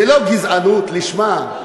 זה לא גזענות לשמה?